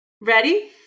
Ready